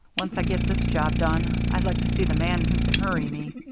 once i get this job done, i'd like to see the man who can hurry me.